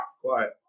Quiet